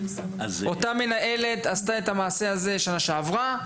אותה מנהלת עשתה את המעשה הזה בשנה שעברה,